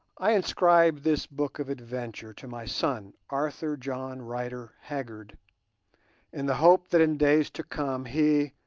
i inscribe this book of adventure to my son arthur john rider haggard in the hope that in days to come he,